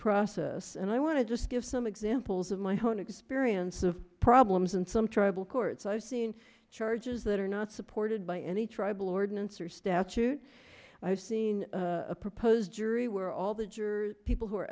process and i want to just give some examples of my one experience of problems in some tribal courts i've seen charges that are not supported by any tribal ordinance or statute i have seen a proposed jury where all the jurors people who are